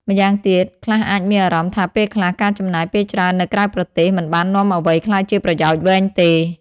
ម្យ៉ាងទៀត ខ្លះអាចមានអារម្មណ៍ថាពេលខ្លះការចំណាយពេលច្រើននៅក្រៅប្រទេស មិនបាននាំអ្វីក្លាយជាប្រយោជន៍វែងទេ។